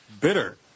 bitter